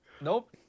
Nope